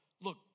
look